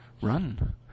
run